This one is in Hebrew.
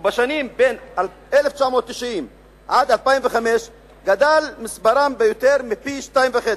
ובשנים 1990 2005 גדל מספרם ביותר מפי שניים-וחצי: